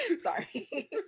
Sorry